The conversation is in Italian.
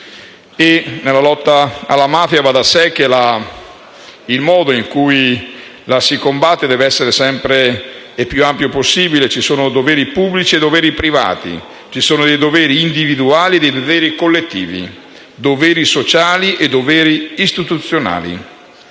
Nella lotta alla mafia, va da sé che il modo in cui la si combatte deve essere sempre il più ampio possibile. Ci sono doveri pubblici e doveri privati, ci sono doveri individuali e doveri collettivi, doveri sociali e doveri istituzionali.